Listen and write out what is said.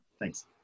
Thanks